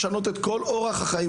אנשים צריכים לשנות את כל אורח החיים